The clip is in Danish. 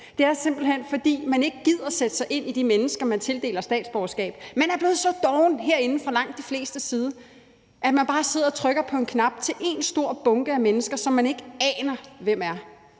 Det er simpelt hen, fordi man ikke gider at sætte sig ind i, hvem de mennesker, man tildeler statsborgerskab, er. Man er blevet så doven herinde fra langt de flestes side, at man bare sidder og trykker på en knap til én stor bunke af mennesker, som man ikke aner hvem er.